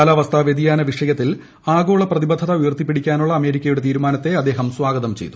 കാലാവസ്ഥാ വൃതിയാന വിഷയത്തിൽ ആഗോള പ്രതിബദ്ധത ഉയർത്തിപ്പിടിക്കാനുള്ള അമേരിക്കയുടെ തീരുമാനത്തെ അദ്ദേഹം സ്വാഗതം ചെയ്തു